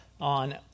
on